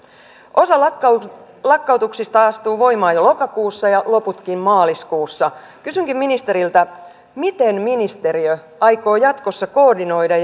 osa lakkautuksista lakkautuksista astuu voimaan jo lokakuussa ja loputkin maaliskuussa kysynkin ministeriltä miten ministeriö aikoo jatkossa koordinoida